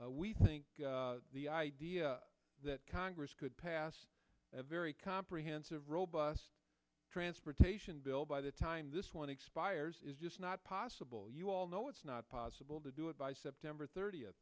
we think the idea that congress could pass a very comprehensive robust transportation bill by the time this one expires is just not possible you all know it's not possible to do it by september thirtieth